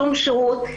שום שירות,